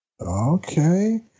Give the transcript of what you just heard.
okay